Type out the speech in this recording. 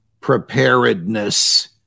preparedness